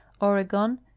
oregon